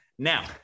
Now